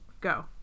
go